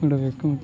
ಬಿಡಬೇಕು